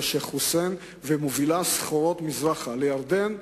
שיח'-חוסיין ומובילה סחורות מזרחה לירדן,